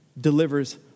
delivers